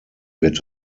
wird